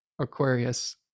Aquarius